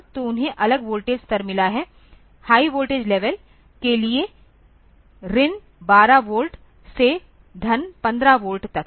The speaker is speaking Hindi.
तो उन्हें अलग वोल्टेज स्तर मिला है हाई वोल्टेज लेवल के लिए 12 वोल्ट से 15 वोल्ट तक है